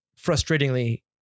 frustratingly